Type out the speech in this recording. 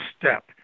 step